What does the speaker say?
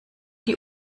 die